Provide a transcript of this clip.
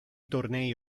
tornei